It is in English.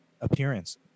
appearance